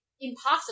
impossible